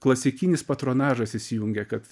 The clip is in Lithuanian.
klasikinis patronažas įsijungia kad